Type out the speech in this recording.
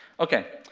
ok,